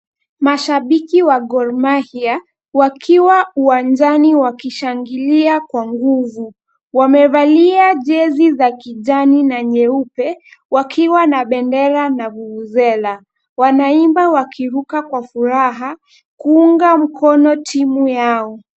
Mashabiki wa Gor Mahia wakiwa uwajani wakishangilia kwa nguvu. Wamevalia jezi za kijani na nyeupe, wakiwa na bendera na vuvuzela. Wanaimba na kuruka kwa furaha kuunga mkono timu yao.